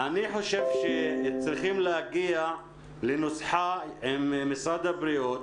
צריכים להגיע לנוסחה עם משרד הבריאות